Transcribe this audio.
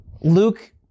Luke